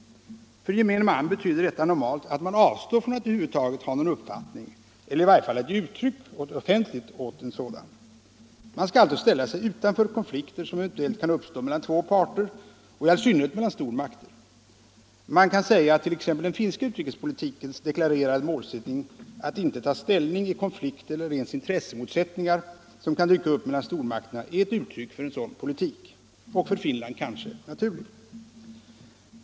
För gemene man betyder detta normalt att man avstår från att över huvud taget ha någon uppfattning eller i varje fall från att offentligt ge uttryck åt en sådan. Man skall alltså ställa sig utanför konflikter som eventuellt kan uppstå mellan två parter och i all synnerhet mellan stormakter. Man kan säga att t.ex. den finska utrikespolitikens deklarerade målsättning att inte ta ställning i konflikter eller ens intressemotsättningar som kan dyka upp mellan stormakterna är ett uttryck för en sådan politik, som för Finland kanske också är naturlig.